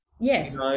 Yes